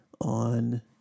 on